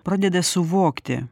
pradeda suvokti